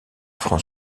franc